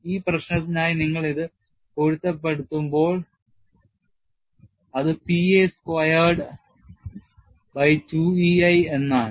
ഈ പ്രശ്നത്തിനായി നിങ്ങൾ ഇത് പൊരുത്തപ്പെടുത്തുമ്പോൾ അത് P a squared by 2 E I എന്ന് ആണ്